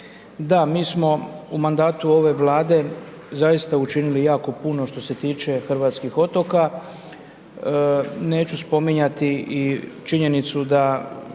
da, mi smo u mandatu ove Vlade zaista učinili jako puno što se tiče hrvatskih otoka, neću spominjati i činjenicu da